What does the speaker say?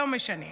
לא משנה.